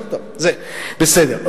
בסדר,